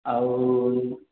ଆଉ